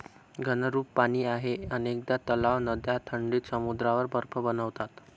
घनरूप पाणी आहे अनेकदा तलाव, नद्या थंडीत समुद्रावर बर्फ बनतात